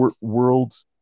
world